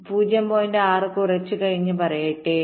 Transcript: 6 കുറച്ച് കഴിഞ്ഞ് പറയട്ടെ